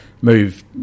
move